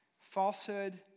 falsehood